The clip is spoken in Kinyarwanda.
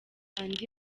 andi